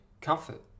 comfort